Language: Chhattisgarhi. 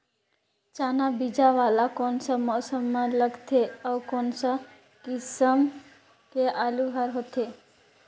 चाना बीजा वाला कोन सा मौसम म लगथे अउ कोन सा किसम के आलू हर होथे?